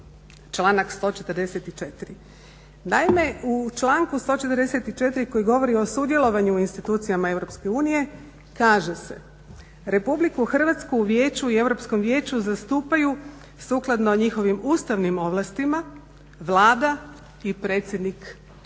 članak 144. Naime, u članku 144. koji govori o sudjelovanju u institucijama Europske unije kaže se: "Republiku Hrvatsku u vijeću i Europskom vijeću zastupaju sukladno njihovim ustavnim ovlastima Vlada i predsjednik Republike